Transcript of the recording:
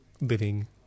living